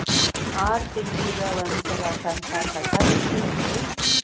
ಆರ ತಿಂಗಳಿಗ ಒಂದ್ ಸಲ ಕಂತ ಕಟ್ಟಬಹುದೇನ್ರಿ?